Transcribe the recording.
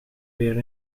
beer